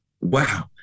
wow